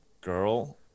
girl